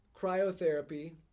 cryotherapy